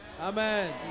Amen